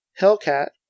Hellcat